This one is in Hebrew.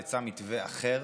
יצא מתווה אחר.